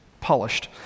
polished